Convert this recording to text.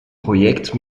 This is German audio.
projekt